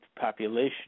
population